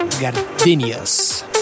gardenias